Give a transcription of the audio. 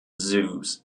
zeus